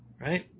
right